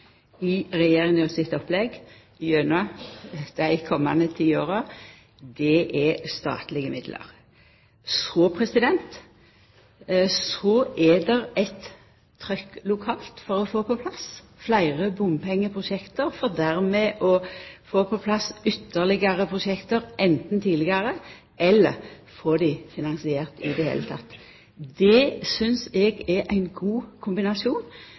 i Regjeringa sitt opplegg gjennom dei komande ti åra, er statlege midlar. Så er det eit trykk lokalt for å få på plass fleire bompengeprosjekt, for dermed å få på plass ytterlegare prosjekt – anten tidlegare eller å få dei finansiert i det heile. Det synest eg er ein god kombinasjon.